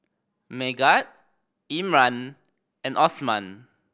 Megat Imran and Osman